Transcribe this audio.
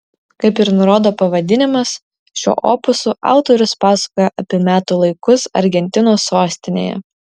kaip ir nurodo pavadinimas šiuo opusu autorius pasakoja apie metų laikus argentinos sostinėje